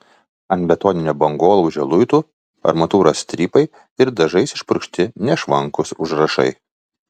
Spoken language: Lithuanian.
ant betoninio bangolaužio luitų armatūros strypai ir dažais išpurkšti nešvankūs užrašai